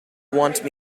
want